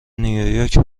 نییورک